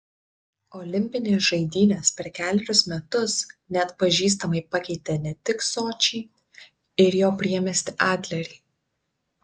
olimpinės žaidynės per kelerius metus neatpažįstamai pakeitė ne tik sočį ir jo priemiestį adlerį